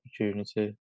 opportunity